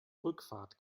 rückfahrt